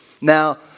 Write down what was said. Now